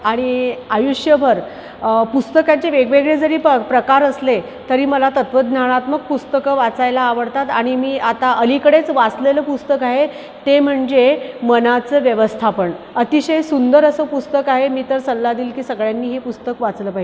आणि आयुष्यभर पुस्तकाचे वेगवेगळे जरी पर प्रकार असले तरी मला तत्त्वज्ञानात्मक पुस्तकं वाचायला आवडतात आणि मी आता अलीकडेच वाचलेलं पुस्तक आहे ते म्हणजे मनाचं व्यवस्थापन अतिशय सुंदर असं पुस्तक आहे मी तर सल्ला देईल की सगळ्यांनी हे पुस्तक वाचलं पाहिजे